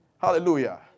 Hallelujah